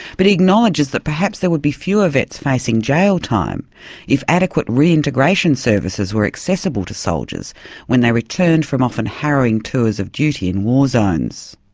but he acknowledges that perhaps there would be fewer vets facing jail time if adequate reintegration services were accessible to soldiers when they returned from often harrowing tours of duty in war zones.